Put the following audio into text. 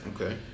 Okay